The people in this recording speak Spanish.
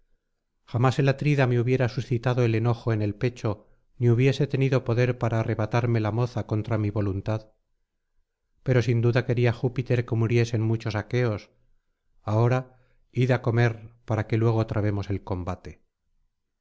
jamás el atrida me hubiera suscitado el enojo en el pecho ni hubiese tenido poder para arrebatarme la moza contra mi voluntad pero sin duda quería júpiter que muriesen muchos aqueos ahora id á comer para que luego trabemos el combate